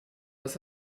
was